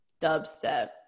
dubstep